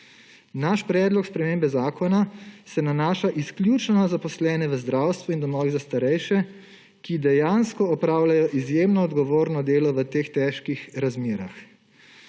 Naš predlog spremembe zakona se nanaša izključno na zaposlene v zdravstvu in domovih za starejše, ki dejansko opravljajo izjemno odgovorno delo v teh težkih razmerah.